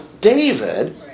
David